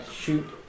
shoot